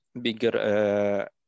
bigger